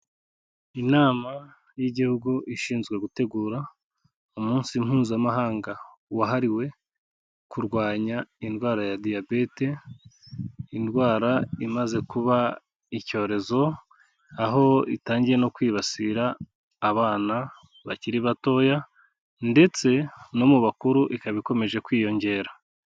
Inama y'igihugu ishinzwe gutegura umunsi mpuzamahanga wahariwe kurwanya indwara ya diyabete indwara imaze kuba icyorezo aho itangiye no kwibasira abana bakiri batoya ndetse no mu bakuru ikaba ikomeje kwiyongera.